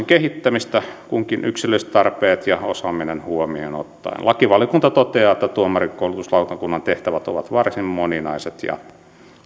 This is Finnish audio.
kehittymistä kunkin yksilölliset tarpeet ja osaaminen huomioon ottaen lakivaliokunta toteaa että tuomarinkoulutuslautakunnan tehtävät ovat varsin moninaiset ja